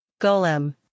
Golem